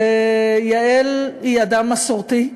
יעל היא אדם מסורתי,